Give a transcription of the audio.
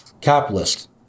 capitalist